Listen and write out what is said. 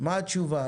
מה התשובה?